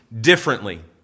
differently